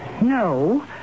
No